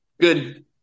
good